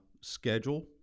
schedule